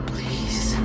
Please